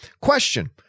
Question